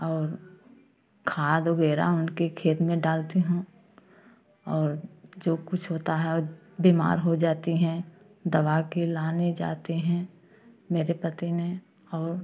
और खाद वगैरह उनके खेत में डालती हूँ और जो कुछ होता है बीमार हो जाती हैं दवा के लाने जाते हैं मेरे पति ने और